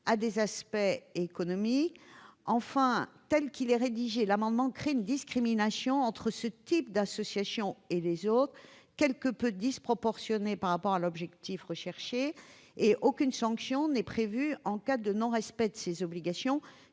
à des aspects économiques. Enfin, tel qu'il est rédigé, l'amendement tend à créer entre ce type d'associations et les autres une discrimination quelque peu disproportionnée par rapport à l'objectif. En outre, aucune sanction n'est prévue en cas de non-respect de ces obligations,